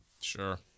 Sure